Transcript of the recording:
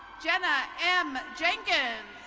jenna m jenkins.